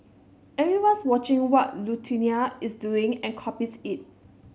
everyone's watching what Lithuania is doing and copies it